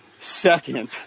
Second